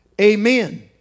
Amen